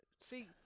See